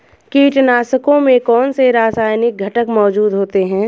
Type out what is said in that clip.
कीटनाशकों में कौनसे रासायनिक घटक मौजूद होते हैं?